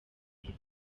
frank